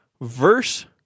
verse